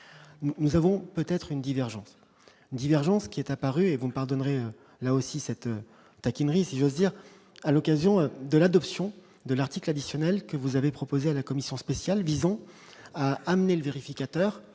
nous avons peut-être une divergence divergences qui est apparu et vont pardonnerai là aussi cette taquineries si j'ose dire, à l'occasion de l'adoption de l'article additionnel que vous avez proposé à la commission spéciale visant à amener le vérificateur ou les vérificateurs a dressé la